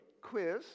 quiz